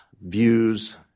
views